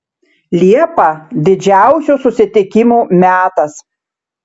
liepa didžiausių susitikimų metas